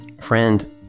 Friend